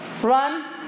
run